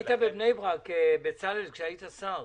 בצלאל סמוטריץ', היית בבני ברק בהיותך שר,